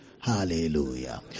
Hallelujah